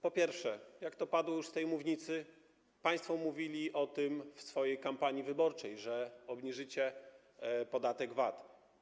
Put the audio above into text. Po pierwsze - jak padło już z tej mównicy - państwo mówiliście o tym w swojej kampanii wyborczej, że obniżycie podatek VAT.